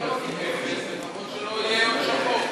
אפס, לפחות שלא יהיה אותו חוק.